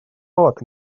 bod